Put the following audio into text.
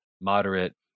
moderate